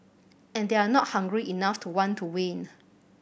and they're not hungry enough to want to win